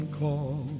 call